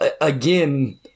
Again